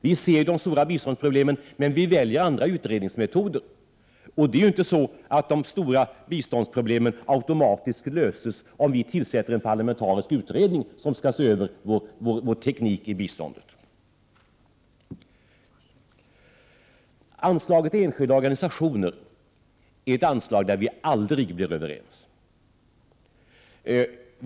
Vi ser de stora biståndsproblemen, men vi väljer andra utredningsmetoder. Det är ju inte så att de stora biståndsproblemen automatiskt löses, om vi tillsätter en parlamentarisk utredning som skall se över vår teknik i biståndet. Anslaget till enskilda organisationer är ett anslag där vi aldrig blir överens.